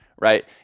right